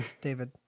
David